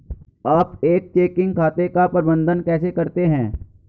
आप एक चेकिंग खाते का प्रबंधन कैसे करते हैं?